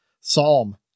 Psalm